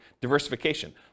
diversification